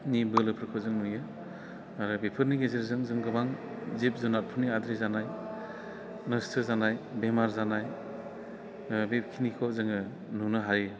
नि बोलोफोरखौ जों नुयो आरो बेफोरनि गेजेरजों जों गोबां जिब जुनारफोरनि आर्जिजानाय नस्त' जानाय बेमार जानाय ओ बेखिनिखौ जों नुनो हायो